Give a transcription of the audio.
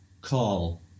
call